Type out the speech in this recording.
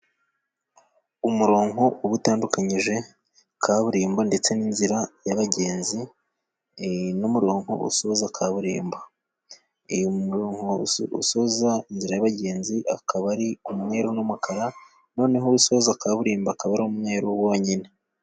Umuronko uba utandukanyije kaburimbo ndetse n'inzira y'abagenzi, n'umuronko usoza kaburimbo. Umuronko usoza inzira y'abagenzi akaba ari umweru n'umukara ,noneho usoza kaburimbo akaba ari umweru wonyine.